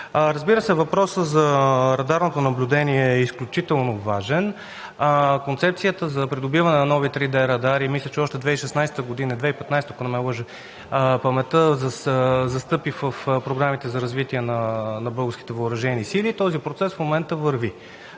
Разбира се, въпросът за радарното наблюдение е изключително важен. Концепцията за придобиване на нови 3D радари мисля, че още през 2015 г., ако не ме лъже паметта, застъпи в програмите за развитие на българските въоръжени сили. Този процес в момента върви